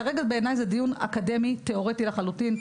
כרגע בעיני זה דיון אקדמי-תיאורטי לחלוטין.